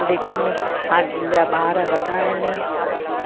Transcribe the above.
लेकिनि हाणे जिनि जा ॿार वॾा आहिनि